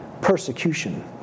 persecution